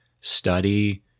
study